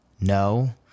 no